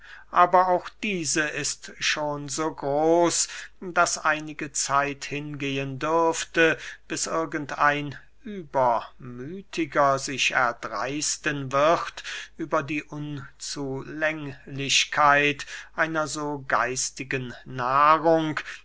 aber auch diese ist schon so groß daß einige zeit hingehen dürfte bis irgend ein übermüthiger sich erdreisten wird über die unzulänglichkeit einer so geistigen nahrung